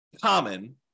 common